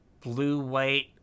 blue-white